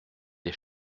des